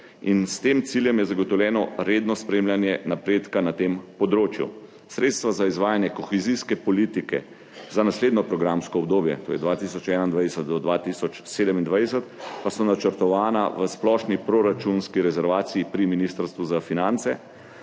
S tem ciljem je zagotovljeno redno spremljanje napredka na tem področju. Sredstva za izvajanje kohezijske politike za naslednje programsko obdobje, to je 2021–2027, pa so načrtovana v splošni proračunski rezervaciji pri Ministrstvu za finance,